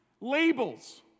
Labels